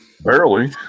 Barely